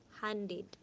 handed